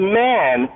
man